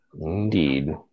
Indeed